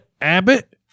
Abbott